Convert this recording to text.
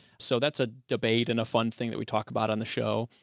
so that's a debate and a fun thing that we talk about on the show.